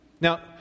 Now